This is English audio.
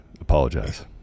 apologize